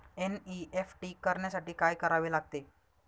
NEFT करण्यासाठी काय करावे लागते?